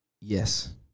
yes